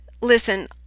Listen